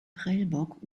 prellbock